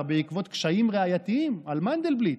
בעקבות קשיים ראייתיים על מנדלבליט.